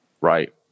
right